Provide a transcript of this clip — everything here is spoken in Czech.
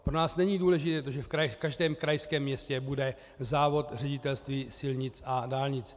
Pro nás není důležité, že v každém krajském městě bude závod Ředitelství silnic a dálnic.